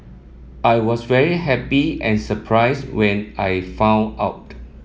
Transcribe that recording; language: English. I was very happy and surprised when I found out